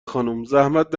خانومزحمت